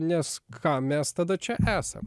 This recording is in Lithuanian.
nes kam mes tada čia esam